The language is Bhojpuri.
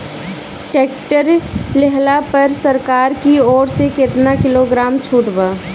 टैक्टर लिहला पर सरकार की ओर से केतना किलोग्राम छूट बा?